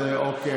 לפיכך,